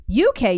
UK